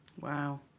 Wow